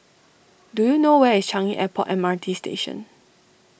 do you know where is Changi Airport M R T Station